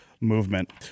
movement